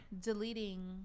deleting